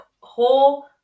whole